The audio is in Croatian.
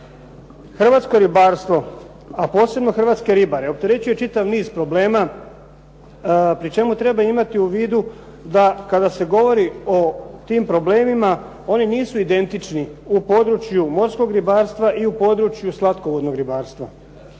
Hrvatsko ribarstvo, a posebno hrvatske ribare, opterećuje čitav niz problema pri čemu treba imati u vidu da kada se govori o tim problemima oni nisu identični u području morskog ribarstva i u području slatkovodnog ribarstva.